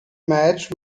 match